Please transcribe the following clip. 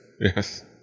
Yes